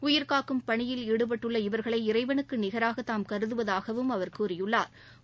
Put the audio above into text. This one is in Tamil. உயிர்க்காக்கும் பணியில் ஈடுபட்டுள்ள இவர்களை இறைவனுக்கு நிகராக தாம் கருதுவதாகவும் அவர் கூறியுள்ளாா்